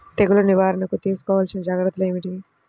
తెగులు నివారణకు తీసుకోవలసిన జాగ్రత్తలు ఏమిటీ?